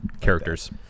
characters